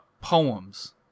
poems